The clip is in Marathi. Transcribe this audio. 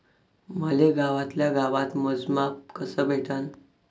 मले गावातल्या गावात मोजमाप कस भेटन?